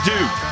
Duke